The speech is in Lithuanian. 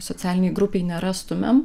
socialinėj grupėj nerastumėm